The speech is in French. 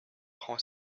prend